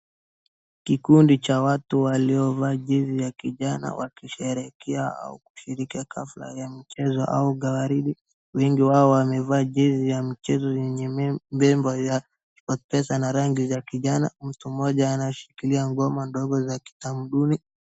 Kikundi cha watu waliovaa jezi ya kijana wakisherehekea au kushiriki kafra ya mchezo au gwaride. Wengi wao wamevaa jezi ya mchezo yenye nembo ya Sportpesa na rangi ya kijana. Mtu mmoja anashikilia ngoma ndogo za kitamaduni.